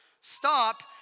Stop